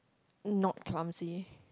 not clumsy